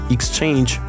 Exchange